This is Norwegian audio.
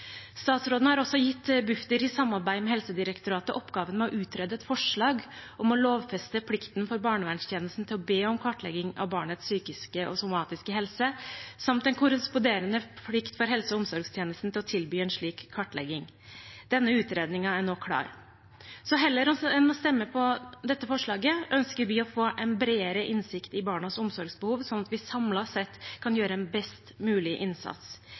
Statsråden har også gitt Bufdir i samarbeid med Helsedirektoratet oppgaven med å utrede et forslag om å lovfeste plikten for barnevernstjenesten til å be om kartlegging av barnets psykiske og somatiske helse, samt en korresponderende plikt for helse- og omsorgstjenesten til å tilby en slik kartlegging. Denne utredningen er nå klar. Så heller enn å stemme for dette forslaget ønsker vi å få en bredere innsikt i barnas omsorgsbehov, sånn at vi samlet sett kan gjøre en best mulig innsats.